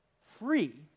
free